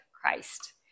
Christ